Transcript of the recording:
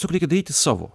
tiesiog reikia daryti savo